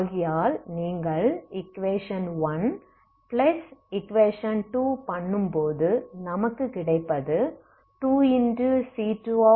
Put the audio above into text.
ஆகையால் நீங்கள்eq1eqபண்ணும்போது நமக்கு கிடைப்பது 2